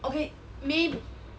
okay may